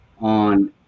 on